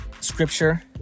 scripture